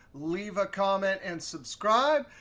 leave a comment, and subscribe,